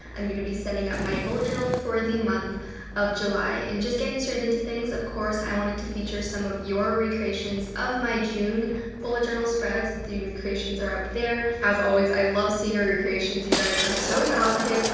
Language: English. i'm gonna be setting up my bullet journal for the month of july. and just getting straight into things of course i wanted to feature some of your re-creations of my june bullet journal spreads. the re-creations are up there. as always, i love seeing your re-creations, you guys are so talented.